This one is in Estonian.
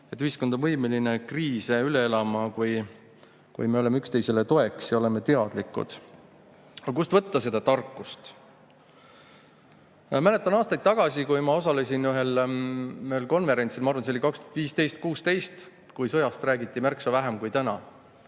Ühiskond on võimeline kriise üle elama, kui me oleme üksteisele toeks ja oleme teadlikud. Aga kust võtta seda tarkust? Ma mäletan, aastaid tagasi ma osalesin ühel konverentsil. Ma arvan, see oli 2015–2016, kui sõjast räägiti märksa vähem kui täna.